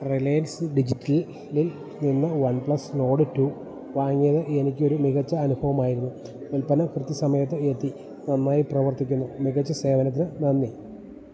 Reliance Digital ലിൽ നിന്ന് OnePlus Nord two വാങ്ങിയത് എനിക്കൊരു മികച്ച അനുഭവമായിരുന്നു ഉൽപ്പന്നം കൃത്യസമയത്ത് എത്തി നന്നായി പ്രവർത്തിക്കുന്നു മികച്ച സേവനത്തിന് നന്ദി